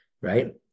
right